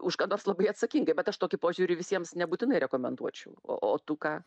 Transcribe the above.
už ką nors labai atsakingai bet aš tokį požiūrį visiems nebūtinai rekomenduočiau o tu ką